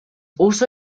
also